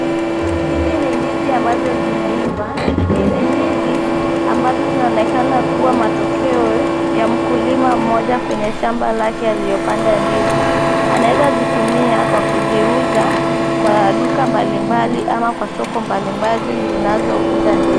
Hizi ni ndizi ambazo zimeiva, ndizi hizi ambazo zinaonekana kuwa matokeo ya mkulima mmoja kwenye shamba lake aliyopanda ya ndizi. Anaeza zitumia kwa kuziuza, kwa duka mbalimbali ama kwa soko mbalimbali zinazouza ndizi.